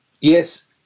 yes